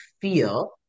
feel